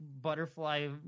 butterfly